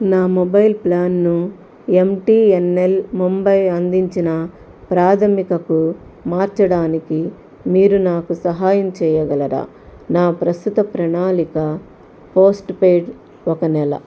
నా మొబైల్ ప్లాన్ను ఎంటీఎన్ఎల్ ముంబై అందించిన ప్రాథమికకు మార్చడానికి మీరు నాకు సహాయం చేయగలరా నా ప్రస్తుత ప్రణాళిక పోస్ట్ పెయిడ్ ఒక నెల